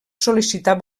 sol·licitar